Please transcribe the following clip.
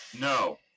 No